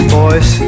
boys